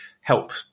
help